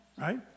right